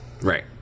right